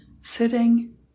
sitting